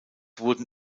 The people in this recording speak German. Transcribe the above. wurden